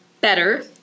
better